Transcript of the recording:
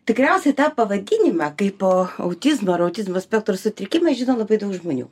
tikriausiai tą pavadinimą kaipo autizmą ar autizmo spektro sutrikimą žino labai daug žmonių